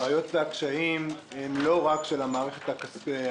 הבעיות והקשיים הם לא רק של המערכת הפיננסית,